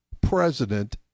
president